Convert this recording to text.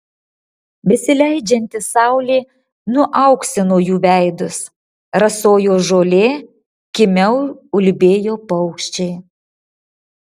besileidžianti saulė nuauksino jų veidus rasojo žolė kimiau ulbėjo paukščiai